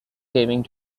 saving